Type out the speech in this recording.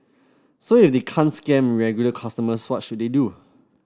so if they can't scam regular consumers what should they do